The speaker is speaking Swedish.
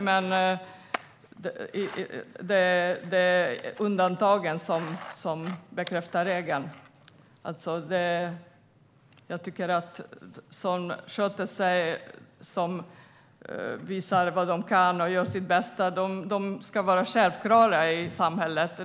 Men det är undantagen som bekräftar regeln. Jag tycker att de som sköter sig, som visar vad de kan och gör sitt bästa ska vara självklara i samhället.